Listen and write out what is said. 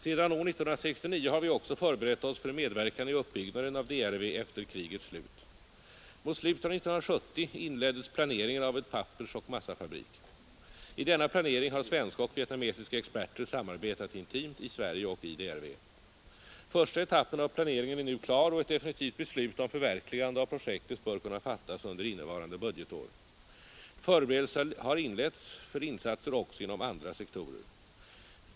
Sedan år 1969 har vi också förberett oss för medverkan i uppbyggnaden av DRV efter krigets slut. Mot slutet av 1970 inleddes planeringen av en pappersoch massafabrik. I denna planering har svenska och vietnamesiska experter samarbetat intimt i Sverige och i DRV. Första etappen av planeringen är nu klar och ett definitivt beslut om förverkligande av projektet bör kunna fattas under innevarande budgetår. Förberedelser har inletts för insatser också inom andra sektorer.